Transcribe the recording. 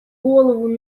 голову